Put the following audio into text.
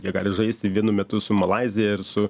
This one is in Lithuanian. jie gali žaisti vienu metu su malaizija ir su